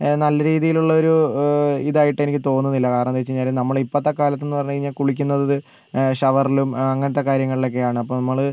നല്ല രീതിയിലുള്ള ഒരു ഇതായിട്ട് എനിക്ക് തോന്നുന്നില്ല കാരണം എന്താന്ന് വെച്ച് കഴിഞ്ഞാൽ നമ്മൾ ഇപ്പോഴത്തെ കാലത്തെന്ന് പറഞ്ഞ് കഴിഞ്ഞാൽ കുളിക്കുന്നത് ഷവറിലും അങ്ങനത്തെ കാര്യങ്ങളിലൊക്കെയാണ് അപ്പം നമ്മൾ